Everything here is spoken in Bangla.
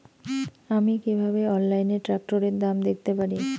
আমি কিভাবে অনলাইনে ট্রাক্টরের দাম দেখতে পারি?